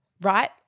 Right